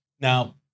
Now